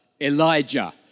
Elijah